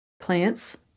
Plants